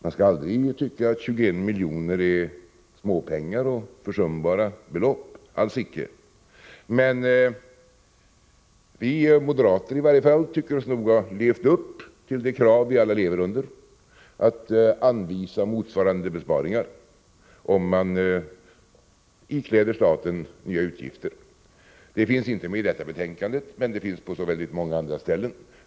Man skall aldrig tycka att 21 miljoner är småpengar och försumbara belopp —-alls icke. Men i varje fall vi moderater tycker oss nog ha levt upp till de krav vi alla lever under, att anvisa motsvarande besparingar om man ikläder staten nya utgifter. Det finns inte med i detta betänkande, men det finns på så väldigt många andra ställen.